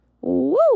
Woo